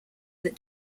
that